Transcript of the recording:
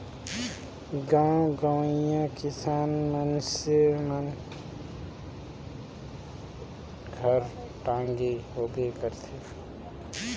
गाँव गंवई मे किसान मइनसे मन घर टागी होबे करथे